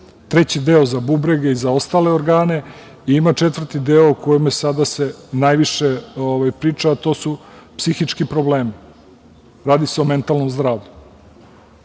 treći deo vezan za bubrege i za ostale organe. Ima i četvrti deo o kome se sada najviše priča, a to su psihički problemi. Radi se o mentalnom zdravlju.